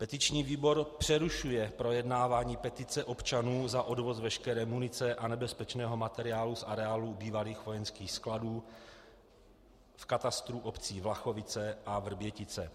Petiční výbor přerušuje projednávání Petice občanů za odvoz veškeré munice a nebezpečného materiálu z areálu bývalých vojenských skladů v katastru obcí Vlachovice a Vrbětice.